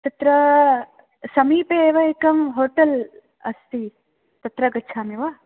तत्र समीपे एव एकं होटेल् अस्ति तत्र गच्छामि वा